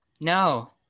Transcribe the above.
No